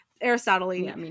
Aristotle